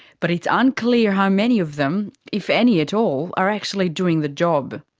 but it's unclear how many of them if any at all are actually doing the job.